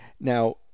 now